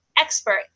expert